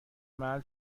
محل